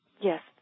Yes